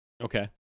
Okay